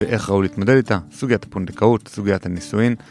ואיך ראוי להתמודד איתה, סוגיית הפונדקאות, סוגיית הנישואין